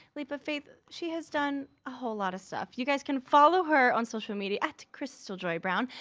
leap of faith. she has done a whole lot of stuff. you guys can follow her on social media krystaljoybrown.